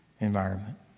environment